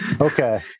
Okay